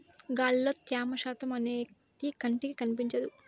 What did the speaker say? గాలిలో త్యమ శాతం అనేది కంటికి కనిపించదు